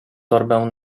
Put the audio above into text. torbę